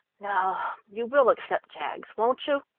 now, you will accept jaggs, won't you?